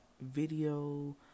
video